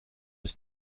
ist